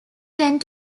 tend